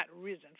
risen